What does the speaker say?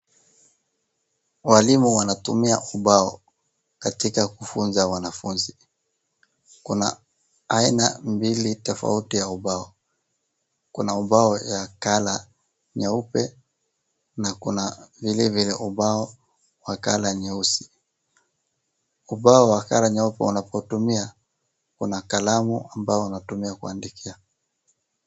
Walimu wanatumia ubao katika kufunza wanafunzi. Kuna haina mbili tofauti ya ubao. Kuna ubao ya (cs) colour(cs) nyeupe na kuna vilevile ubao wa (cs)colour(cs) nyeusi. Ubao wa (cs)colour(cs) nyeupe unapotumia una kalamu ambao unatumia kuandikia.